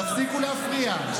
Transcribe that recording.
תפסיקו להפריע.